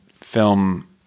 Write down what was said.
film